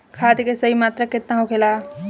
खाद्य के सही मात्रा केतना होखेला?